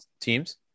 teams